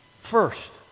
first